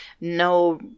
no